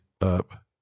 up